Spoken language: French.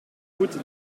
route